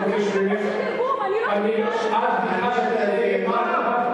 חברת הכנסת אנסטסיה מיכאלי.